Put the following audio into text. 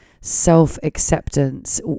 self-acceptance